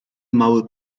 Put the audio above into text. mały